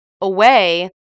away